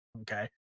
Okay